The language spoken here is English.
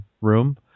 room